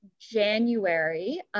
January